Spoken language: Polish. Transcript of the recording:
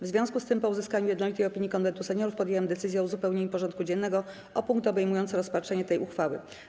W związku z tym, po uzyskaniu jednolitej opinii Konwentu Seniorów, podjęłam decyzję o uzupełnieniu porządku dziennego o punkt obejmujący rozpatrzenie tej uchwały.